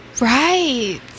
Right